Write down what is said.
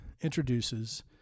introduces